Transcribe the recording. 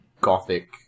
gothic